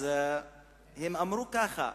אז הם אמרו ככה,